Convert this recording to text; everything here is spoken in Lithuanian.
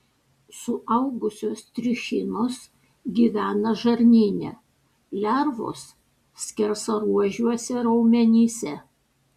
suaugusios trichinos gyvena žarnyne lervos skersaruožiuose raumenyse